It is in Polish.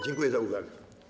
Dziękuję za uwagę.